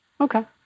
Okay